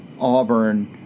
Auburn